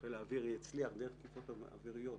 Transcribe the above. שחיל האוויר יצליח דרך תקיפות אוויריות